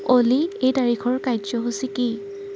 অ'লি এই তাৰিখৰ কাৰ্য্যসূচী কি